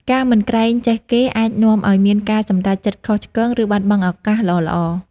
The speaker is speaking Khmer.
ការមិនក្រែងចេះគេ អាចនាំឲ្យមានការសម្រេចចិត្តខុសឆ្គង ឬបាត់បង់ឱកាសល្អៗ។